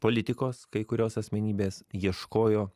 politikos kai kurios asmenybės ieškojo